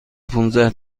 پانزده